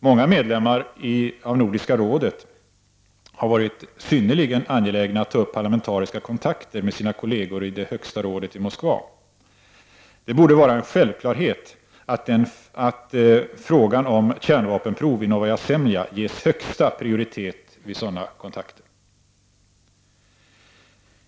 Många medlemmar av Nordiska rådet har varit synnerligen angelägna att ta upp parlamentariska kontakter med sina kolleger i Högsta rådet i Moskva. Det borde vara en självklarhet att frågan om kärnvapenprov på Novaja Semlja ges högsta prioritet vid sådana kontakter.